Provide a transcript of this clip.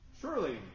Surely